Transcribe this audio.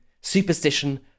superstition